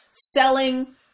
selling